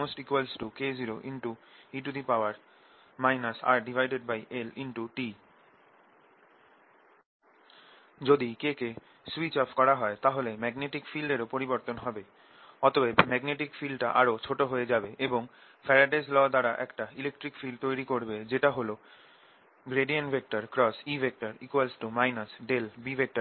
K≅K0e RLt যদি K কে switch off করা হয় তাহলে ম্যাগনেটিক ফিল্ড এরও পরিবর্তন হবে অতএব ম্যাগনেটিক ফিল্ডটা আরও ছোট হয়ে যাবে এবং ফ্যারাডেস ল Faradays law দ্বারা একটা ইলেকট্রিক ফিল্ড তৈরি করবে যেটা হল E B∂t